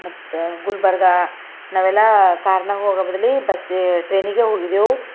ಮತ್ತೆ ಗುಲ್ಬರ್ಗ ನಾವೆಲ್ಲ ಕಾರ್ನಾಗೆ ಹೋಗೋ ಬದಲು ಬಸ್ಸು ಟ್ರೇನಿಗೆ ಹೋಗಿದ್ದೆವು